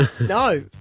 No